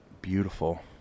beautiful